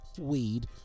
weed